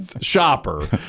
shopper